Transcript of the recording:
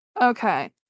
Okay